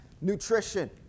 nutrition